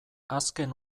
azken